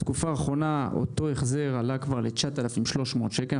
בתקופה האחרונה אותו החזר עלה כבר ל-9,300 שקל.